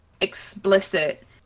explicit